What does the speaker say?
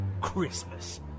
Christmas